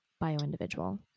bio-individual